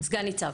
סגן ניצב.